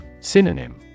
Synonym